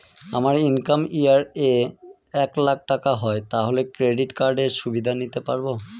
আমার income year এ এক লাক টাকা হয় তাহলে ক্রেডিট কার্ড এর সুবিধা নিতে পারবো?